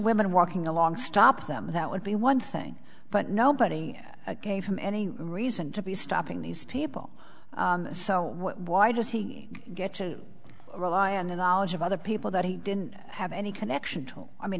women walking along stop them that would be one thing but nobody gave him any reason to be stopping these people so why does he get to rely on the knowledge of other people that he didn't have any connection to i mean